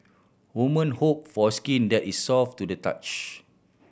woman hope for skin that is soft to the touch